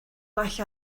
well